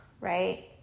right